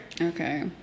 Okay